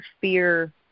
fear